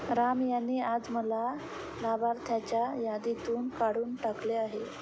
राम यांनी आज मला लाभार्थ्यांच्या यादीतून काढून टाकले आहे